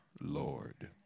Lord